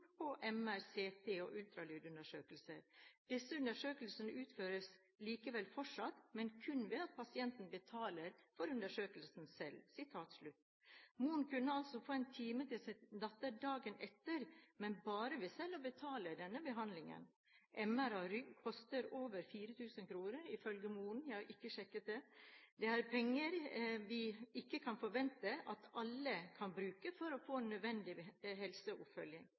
MR, CT og ultralydundersøkelser. Disse undersøkelsene utføres allikevel fortsatt, men kun ved at pasienten betaler for undersøkelsen selv.» Moren kunne altså få time til sin datter dagen etter, men bare ved selv å betale denne behandlingen. MR av rygg koster over 4 000 kr, ifølge moren – jeg har ikke sjekket det. Dette er penger vi ikke kan forvente at alle kan bruke for å få nødvendig helseoppfølging.